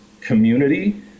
community